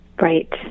Right